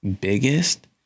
Biggest